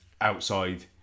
outside